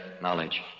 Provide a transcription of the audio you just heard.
knowledge